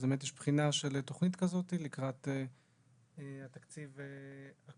אז באמת יש בחינה של תוכנית כזאת לקראת התקציב הקרוב,